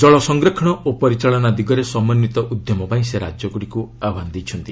ଜଳ ସଂରକ୍ଷଣ ଓ ପରିଚାଳନା ଦିଗରେ ସମନ୍ୱିତ ଉଦ୍ୟମ ପାଇଁ ସେ ରାଜ୍ୟଗୁଡ଼ିକୁ ଆହ୍ୱାନ ଦେଇଛନ୍ତି